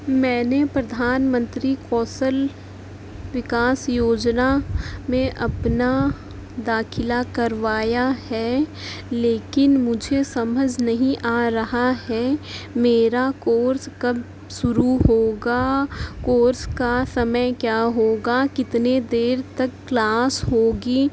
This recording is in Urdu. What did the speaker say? میں نے پردھان منتری کوشل وکاس یوجنا میں اپنا داخلہ کروایا ہے لیکن مجھے سمجھ نہیں آ رہا ہے میرا کورس کب شروع ہوگا کورس کا سمے کیا ہوگا کتنے دیر تک کلاس ہوگی